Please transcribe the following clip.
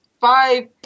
five